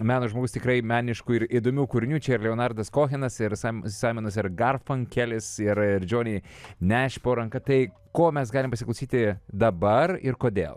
meno žmogus tikrai meniškų ir įdomių kūrinių čia ir leonardas kohenas ir saim saimonas ir garfunkelis ir ir džoni neš po ranka tai ko mes galim pasiklausyti dabar ir kodėl